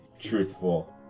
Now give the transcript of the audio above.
truthful